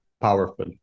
powerful